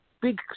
big